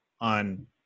on